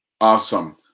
Awesome